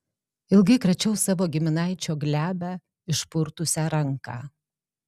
ilgai kračiau savo giminaičio glebią išpurtusią ranką